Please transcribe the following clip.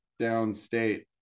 downstate